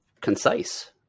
Concise